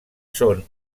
són